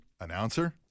announcer